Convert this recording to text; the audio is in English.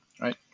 right